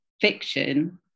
fiction